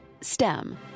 Stem